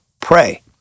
pray